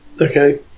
okay